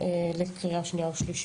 לקריאה שנייה ושלישית.